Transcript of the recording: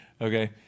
okay